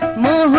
la